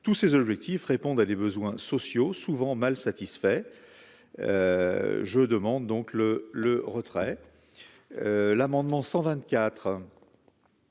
tous ces objectifs répondent à des besoins sociaux, souvent mal satisfait je demande donc le le retrait, l'amendement 124